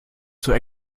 zur